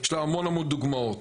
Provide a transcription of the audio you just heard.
יש לה המון דוגמאות.